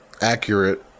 accurate